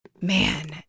man